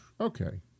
Okay